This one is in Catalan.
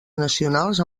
nacionals